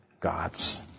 God's